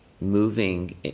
moving